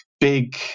big